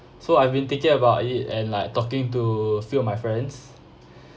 so I've been thinking about it and like talking to few of my friends